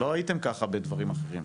לא הייתם ככה בדברים אחרים.